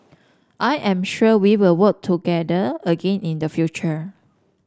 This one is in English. I am sure we will work together again in the future